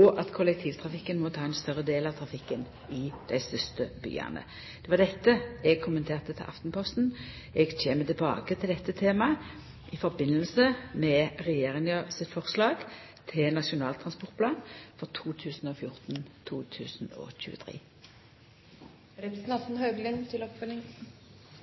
og kollektivtrafikken må ta ein større del av trafikken i dei største byane. Det var dette eg kommenterte til Aftenposten. Eg kjem tilbake til dette temaet i samband med regjeringa sitt forslag til Nasjonal transportplan 2014–2023. Jeg takker statsråden for svaret. Vi er kjent med at kollektivløsningen til